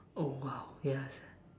oh !wow! yes